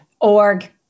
org